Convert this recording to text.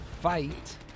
fight